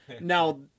Now